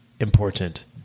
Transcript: important